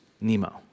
Nemo